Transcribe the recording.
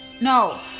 No